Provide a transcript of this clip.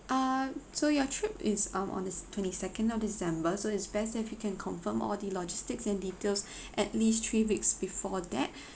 um so your trip is um on the s~ twenty second of december so it's best if you can confirm all the logistics and details at least three weeks before that